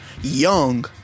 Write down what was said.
young